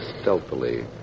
stealthily